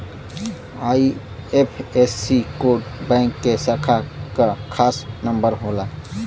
IFSC code bank के शाखा क खास नंबर होला